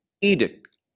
edict